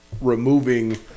removing